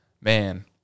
Man